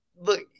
Look